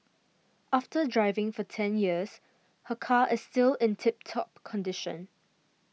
after driving for ten years her car is still in tip top condition